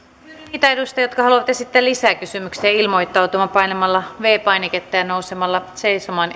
niitä edustajia jotka haluavat esittää lisäkysymyksiä ilmoittautumaan painamalla viides painiketta ja nousemalla seisomaan